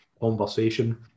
conversation